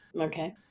Okay